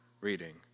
Reading